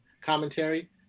commentary